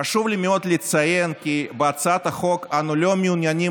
חשוב לי לציין כי בהצעת החוק אנו לא מעוניינים